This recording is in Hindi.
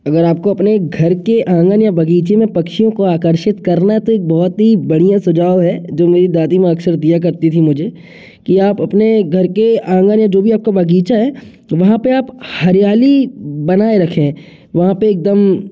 अगर आपको अपने घर के आँगन या बग़ीचे में पक्षियों को आकर्षित करना है तो एक बहुत ही बढ़िया सुझाव है जो मेरी दादी माँ अक्सर दिया करती थी मुझे कि आप अपने घर के आँगन या जो भी आपका बग़ीचा है वहाँ पर आप हरियाली बनाए रखें वहाँ पर एक दम